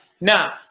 Now